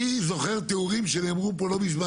אני זוכר תיאורים שנאמרו פה לא מזמן.